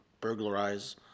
burglarize